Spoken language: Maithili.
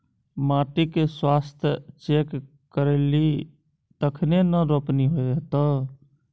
माटिक स्वास्थ्य चेक करेलही तखने न रोपनी हेतौ